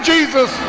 Jesus